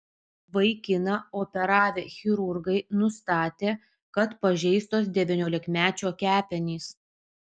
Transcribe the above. vaikiną operavę chirurgai nustatė kad pažeistos devyniolikmečio kepenys